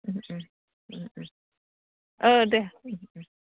ओ दे